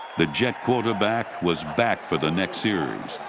the jet quarterback was back for the next series.